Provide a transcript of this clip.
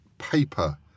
paper